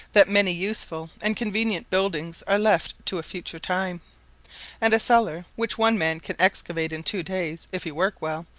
that many useful and convenient buildings are left to a future time and a cellar, which one man can excavate in two days, if he work well,